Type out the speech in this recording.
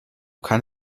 kann